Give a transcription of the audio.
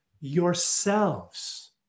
yourselves